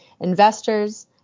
investors